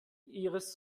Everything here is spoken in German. ihres